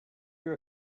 your